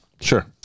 Sure